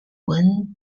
when